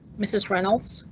mrs reynolds,